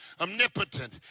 omnipotent